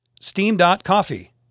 Steam.Coffee